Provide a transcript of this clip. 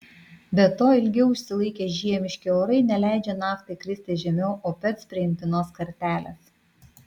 be to ilgiau užsilaikę žiemiški orai neleidžia naftai kristi žemiau opec priimtinos kartelės